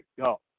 go